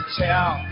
tell